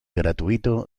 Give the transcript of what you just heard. gratuito